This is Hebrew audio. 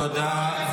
תודה.